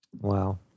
Wow